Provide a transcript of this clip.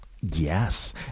Yes